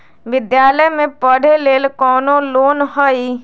विद्यालय में पढ़े लेल कौनो लोन हई?